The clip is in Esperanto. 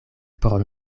por